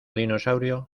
dinosaurio